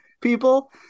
people